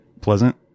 pleasant